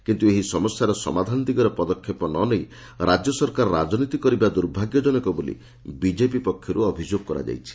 କିନ୍ତୁ ଏହି ସମସ୍ୟାର ସମାଧାନ ଦିଗରେ ପଦକ୍ଷେପ ନେଇ ରାଜ୍ୟ ସରକାର ରାଜନୀତି କରିବା ଦୁର୍ଭାଗ୍ୟଜନକ ବୋଲି ବିଜେପି ପକ୍ଷରୁ ଅଭିଯୋଗ କରାଯାଇଛି